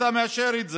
אתה מאשר את זה.